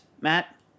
Matt